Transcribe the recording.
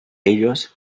ellos